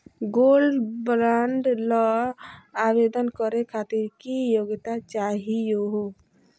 Gold bond ल आवेदन करे खातीर की योग्यता चाहियो हो?